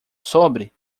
sobre